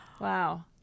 Wow